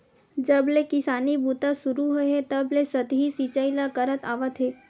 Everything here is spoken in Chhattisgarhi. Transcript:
जब ले किसानी बूता सुरू होए हे तब ले सतही सिचई ल करत आवत हे